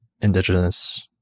Indigenous